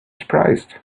surprised